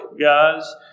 guys